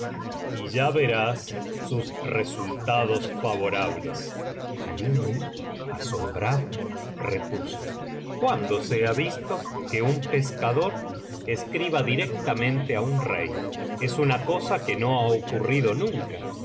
y ya verás sus resultados favorables alí nur asombrado repuso cuándo se lia visto que un pescador escriba directamente á un rey es una cosa que no ha ocurrido nunca